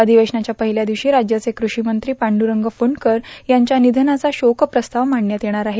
अधिवेशनाच्या पहिल्या दिवशी राज्याचे कृषिमंत्री पांडुरंग फुंडकर यांच्या निधनाचा शोकप्रस्ताव मांडण्यात येणार आहे